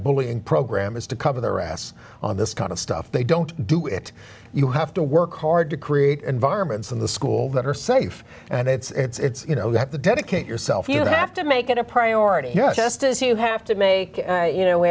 bullying program is to cover their ass on this kind of stuff they don't do it you have to work hard to create environments in the school that are safe and it's you know you have to dedicate yourself you have to make it a priority here just as you have to make you know we